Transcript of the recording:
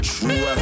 True